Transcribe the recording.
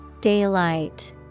Daylight